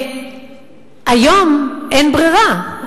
והיום אין ברירה,